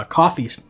coffee